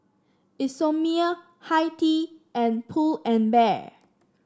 Isomil Hi Tea and Pull and Bear